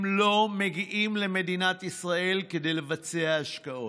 הם לא מגיעים למדינת ישראל כדי לבצע השקעות.